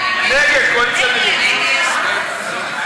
ההסתייגות (5) של קבוצת סיעת המחנה הציוני וקבוצת